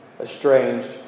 estranged